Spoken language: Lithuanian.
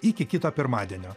iki kito pirmadienio